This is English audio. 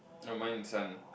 no mine this one